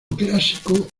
clásico